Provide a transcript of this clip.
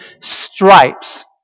stripes